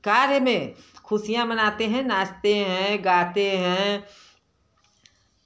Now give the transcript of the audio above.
कार्य में खुशियाँ मनाते हैं नाचते हैं गाते हैं